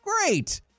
Great